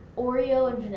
oreo and